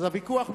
והוויכוח,